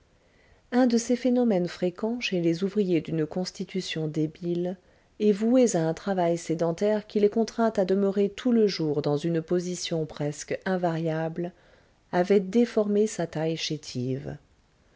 un de ces phénomènes fréquents chez les ouvriers d'une constitution débile et voués à un travail sédentaire qui les contraint à demeurer tout le jour dans une position presque invariable avait déformé sa taille chétive